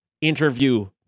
interview